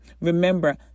Remember